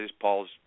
Paul's